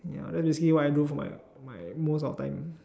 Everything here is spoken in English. ya like to see what I do for my for my most of time